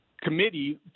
committee